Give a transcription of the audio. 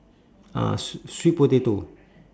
uh swee~ sweet potato